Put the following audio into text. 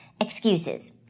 excuses